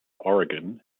oregon